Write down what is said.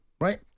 right